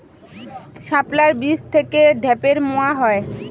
শাপলার বীজ থেকে ঢ্যাপের মোয়া হয়?